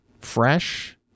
fresh